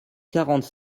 quarante